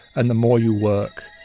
and the more you work,